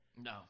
no